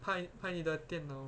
拍拍你的电脑